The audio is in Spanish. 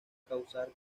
causar